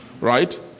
right